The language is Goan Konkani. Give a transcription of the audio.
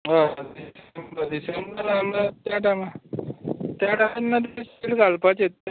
हय डिंसेंबर डिसेंबरान म्हळ्यार त्या टायमार त्या टायमार तेन्ना ते सिड्स घालपाचे